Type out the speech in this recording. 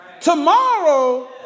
Tomorrow